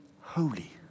holy